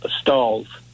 stalls